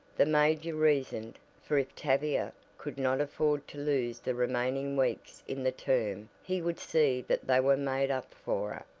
the major reasoned, for if tavia could not afford to lose the remaining weeks in the term he would see that they were made up for,